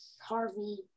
harvey